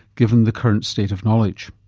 given the current state of knowledge?